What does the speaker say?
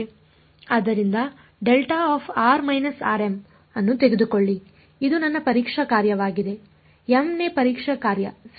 ಆದ್ದರಿಂದ ಅನ್ನು ತೆಗೆದುಕೊಳ್ಳಿ ಇದು ನನ್ನ ಪರೀಕ್ಷಾ ಕಾರ್ಯವಾಗಿದೆ m ನೇ ಪರೀಕ್ಷಾ ಕಾರ್ಯ ಸರಿ